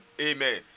Amen